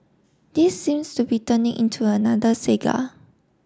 this seems to be turning into another saga